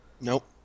Nope